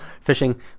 fishing